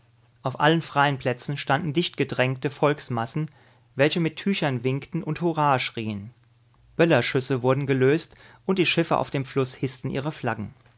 auf allen freien plätzen standen dichtgedrängte volksmassen welche mit tüchern winkten und hurra schrien böllerschüsse wurden gelöst und die schiffe auf dem fluß hißten ihre flaggen